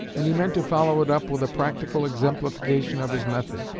and he meant to follow it up with a practical exemplification of his method.